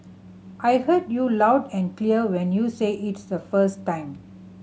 I heard you loud and clear when you said it the first time